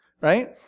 right